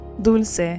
Dulce